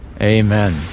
Amen